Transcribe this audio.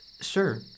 Sure